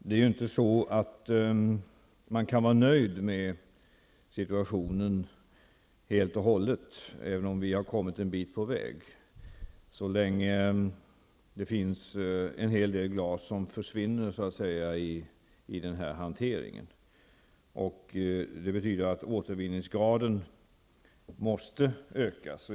Man kan inte vara helt och hållet nöjd med situationen, även om vi har kommit en bit på väg, så länge en hel del glas ''försvinner'' i hanteringen. Det betyder att återvinningsgraden måste ökas.